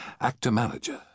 actor-manager